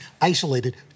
isolated